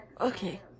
okay